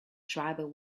tribal